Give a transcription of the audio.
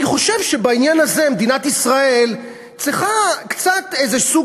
אני חושב שבעניין הזה מדינת ישראל צריכה קצת איזה סוג